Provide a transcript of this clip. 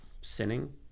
sinning